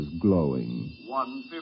glowing